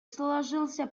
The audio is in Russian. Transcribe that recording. сложился